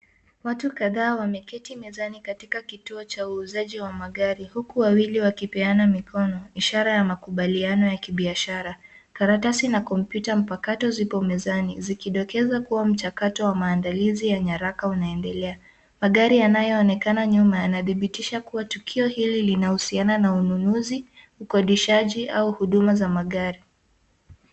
Watu kadhaa wameketi mezani katika kituo cha uuzaji wa magari huku wawili wakipeana mikono ishara ya makubaliano ya kibiashara. Karatasi na kompyuta mpakato zipo mezani zikidokeza kuwa mchakato wa maandalizi ya nyaraka unaendelea. Magari yanayoonekana nyuma yanathibitisha kuwa tukio hili linahusiana na ununuzi, ukodishaji au huduma za magari.